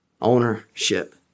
Ownership